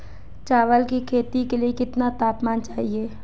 चावल की खेती के लिए कितना तापमान चाहिए?